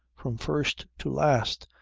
from first to last,